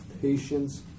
patience